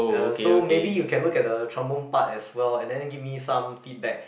uh so maybe you can look at the trombone part as well and then give me some feedback